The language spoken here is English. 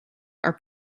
are